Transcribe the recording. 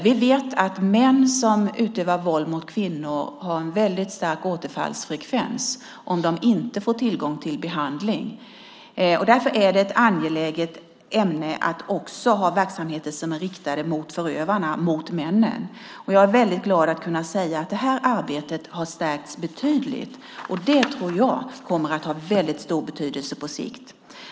Vi vet att män som utövar våld mot kvinnor har en väldigt hög återfallsfrekvens om de inte får tillgång till behandling. Därför är det ett angeläget ämne att också ha verksamheter som är riktade mot förövarna, mot männen. Jag är väldigt glad att kunna säga att det här arbetet har stärkts betydligt, och det tror jag kommer att ha väldigt stor betydelse på sikt.